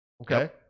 okay